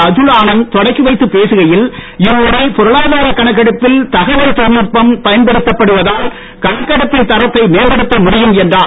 அதுல் ஆனந்த் தொடக்கி வைத்துப் பேசுகையில் இம்முறை பொருளாதார கணக்கெடுப்பில் தகவல் தொழில்நுட்பம் பயன்படுத்தப் படுவதால் கணக்கெடுப்பின் தரத்தை மேம்படுத்த முடியும் என்றார்